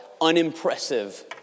unimpressive